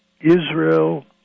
Israel